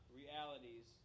realities